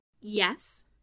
Yes